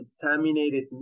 contaminated